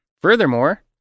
Furthermore